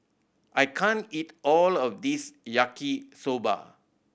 I can't eat all of this Yaki Soba